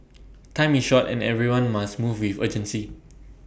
time is short and everyone must move with urgency